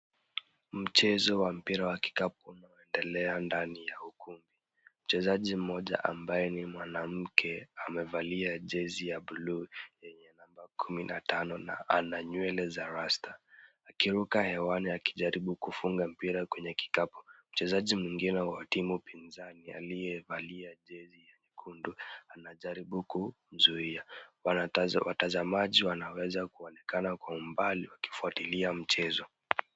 Mchezo wa mpira wa kikapu unaoendelea ndani ya ukumbi. Mchezaji mmoja ambaye ni mwanamke amevali jezi ya buluu yenye namba kumi na tano na ana nywele za rasta akiruka hewani akijaribu kufunga mpira kwenye kikapu. Mchezaji mwingine wa timu pinzani aliyevalia jezi ya nyekundu anajaribu kumzuia. Watazamaji wanaweza kuonekana kwa umbali wakifuatilia mchezo.